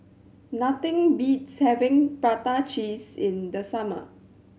nothing beats having prata cheese in the summer